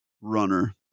runner